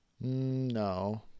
No